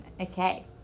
Okay